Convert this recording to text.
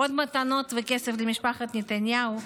עוד מתנות וכסף למשפחת נתניהו?